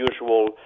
usual